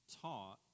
taught